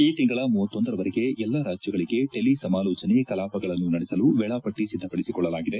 ಈ ತಿಂಗಳ ಭಾರವರೆಗೆ ಎಲ್ಲಾ ರಾಜ್ಯಗಳಿಗೆ ಟೆಲಿ ಸಮಾಲೋಚನೆ ಕಲಾಪಗಳನ್ನು ನಡೆಸಲು ವೇಳಾಪಟ್ಟಿ ಸಿದ್ಗಪಡಿಸಿಕೊಳ್ಳಲಾಗಿದೆ